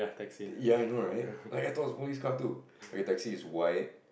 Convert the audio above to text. ya I know right I I thought it was a police car too okay taxi is white